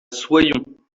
soyons